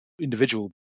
individual